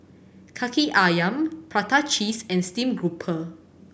Kaki Ayam prata cheese and steamed grouper